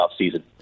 offseason